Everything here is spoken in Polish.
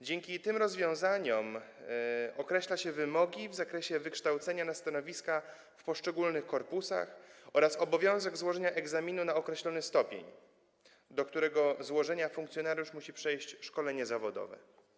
Dzięki tym rozwiązaniom określa się wymogi w zakresie wykształcenia na stanowiskach w poszczególnych korpusach oraz obowiązek złożenia egzaminu na określony stopień, przed czym funkcjonariusz musi przejść szkolenie zawodowe.